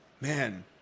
man